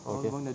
okay